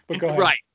right